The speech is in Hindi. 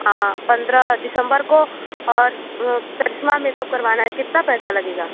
हाँ पंद्रह दिसम्बर को और मेकअप करवाना है कितना पैसा लगेगा